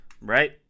Right